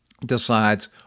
decides